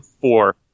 Four